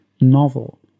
novel